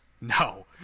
No